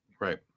Right